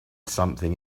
something